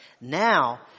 now